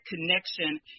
connection